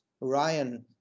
Ryan